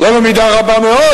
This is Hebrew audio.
לא במידה רבה מאוד,